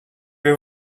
vais